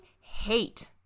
hate